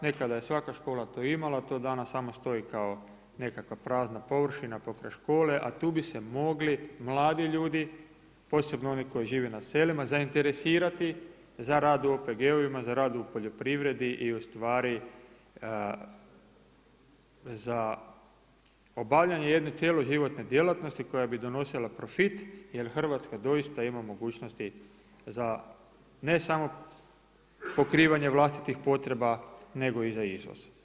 Nekada je svaka škola to imala, to danas samo stoji kao nekakva prazna površina pokraj škole a tu bi se mogli mladi ljudi, posebno oni koji žive na selima zainteresirati za rad u OPG-ovima, za rad u poljoprivredi i u stvari za obavljanje jedne cjeloživotne djelatnosti koja bi donosila profit jer Hrvatska doista ima mogućnosti za ne samo pokrivanje vlastitih potreba, nego i za izvoz.